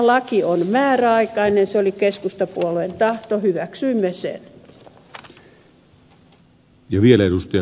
laki on määräaikainen se oli keskustapuolueen tahto hyväksyimme sen